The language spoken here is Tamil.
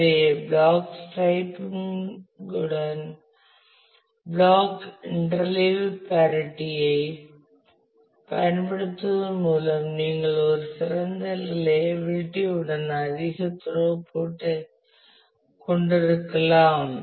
எனவே பிளாக் ஸ்ட்ரைப்பிங்குடன் பிளாக் இன்டர்லீவ்ட் பேரிட்டியைப் ஐ பயன்படுத்துவதன் மூலம் நீங்கள் ஒரு சிறந்த ரிலையபிளிட்டி உடன் அதிக துரோஃபுட் ஐ கொண்டிருக்கலாம்